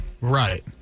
Right